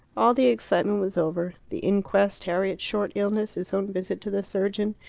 all the excitement was over the inquest, harriet's short illness, his own visit to the surgeon.